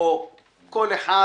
כל אחד